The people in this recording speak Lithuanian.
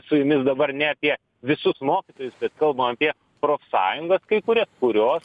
su jumis dabar ne apie visus mokytojus bet kalbam apie profsąjungas kai kurias kurios